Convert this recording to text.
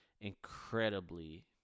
incredibly